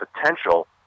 potential –